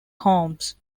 holmes